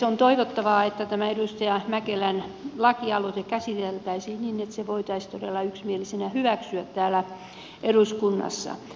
on toivottavaa että tämä edustaja mäkelän lakialoite käsiteltäisiin niin että se voitaisiin todella yksimielisenä hyväksyä täällä eduskunnassa